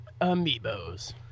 Amiibos